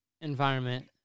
environment